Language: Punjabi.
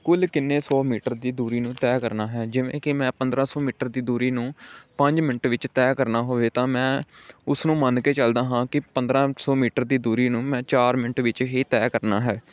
ਕੁੱਲ ਕਿੰਨੇ ਸੌ ਮੀਟਰ ਦੀ ਦੂਰੀ ਨੂੰ ਤੈਅ ਕਰਨਾ ਹੈ ਜਿਵੇਂ ਕਿ ਮੈਂ ਪੰਦਰਾਂ ਸੌ ਮੀਟਰ ਦੀ ਦੂਰੀ ਨੂੰ ਪੰਜ ਮਿੰਟ ਵਿੱਚ ਤੈਅ ਕਰਨਾ ਹੋਵੇ ਤਾਂ ਮੈਂ ਉਸਨੂੰ ਮੰਨ ਕੇ ਚਲਦਾ ਹਾਂ ਕਿ ਪੰਦਰਾਂ ਸੌ ਮੀਟਰ ਦੀ ਦੂਰੀ ਨੂੰ ਮੈਂ ਚਾਰ ਮਿੰਟ ਵਿੱਚ ਹੀ ਤੈਅ ਕਰਨਾ ਹੈ